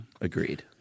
Agreed